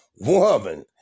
Woman